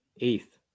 Eighth